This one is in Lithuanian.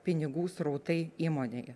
pinigų srautai įmonėje